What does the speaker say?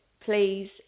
please